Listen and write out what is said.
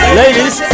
ladies